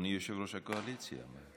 אדוני ראש הקואליציה.